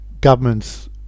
governments